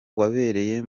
wabereye